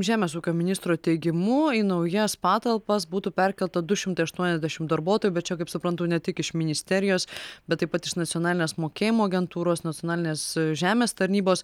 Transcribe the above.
žemės ūkio ministro teigimu į naujas patalpas būtų perkelta du šimtai aštuonesdešim darbuotojų bet čia kaip suprantu ne tik iš ministerijos bet taip pat iš nacionalinės mokėjimo agentūros nacionalinės žemės tarnybos